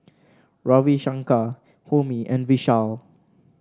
Ravi Shankar Homi and Vishal